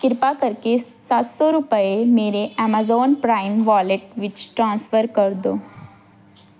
ਕਿਰਪਾ ਕਰਕੇ ਸੱਤ ਸੌ ਰੁਪਏ ਮੇਰੇ ਐਮਾਜ਼ਾਨ ਪ੍ਰਾਈਮ ਵਾਲੇਟ ਵਿੱਚ ਟ੍ਰਾਂਸਫਰ ਕਰ ਦਿਓ